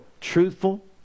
truthful